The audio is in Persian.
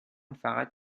فقط